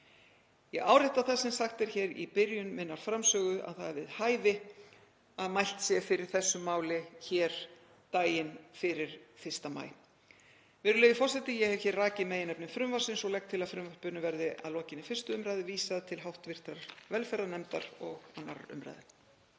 Ég árétta það sem sagt var hér í byrjun minnar framsögu að það er við hæfi að mælt sé fyrir þessu máli hér daginn fyrir 1. maí. Virðulegi forseti. Ég hef hér rakið meginefni frumvarpsins og legg til að frumvarpinu verði að lokinni 1. umræðu vísað til hv. velferðarnefndar og 2. umræðu.